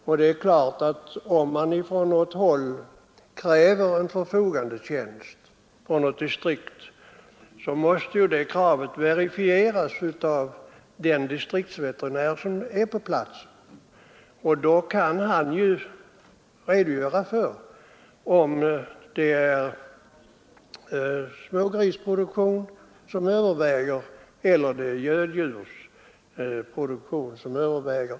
Om man från något håll kräver en förfogandetjänst i något distrikt, måste det kravet verifieras av den distriktsveterinär som är på platsen. Denne kan då redogöra för om det är smågrisproduktion eller göddjursproduktion som överväger.